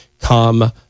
come